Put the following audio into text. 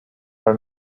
are